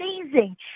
amazing